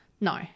no